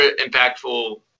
impactful